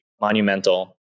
monumental